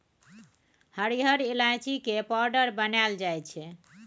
हरिहर ईलाइची के पाउडर बनाएल जाइ छै